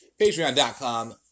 Patreon.com